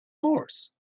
horse